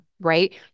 right